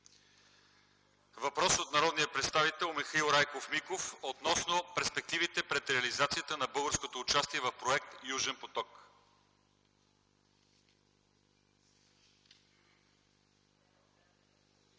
Въпрос от народния представител Михаил Райков Миков относно перспективите пред реализацията на българското участие в проект „Южен поток”.